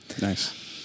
Nice